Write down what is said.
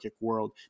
world